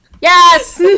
Yes